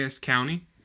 County